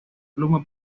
pluma